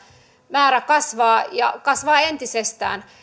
määrä kasvaa ja kasvaa entisestään